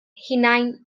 hunain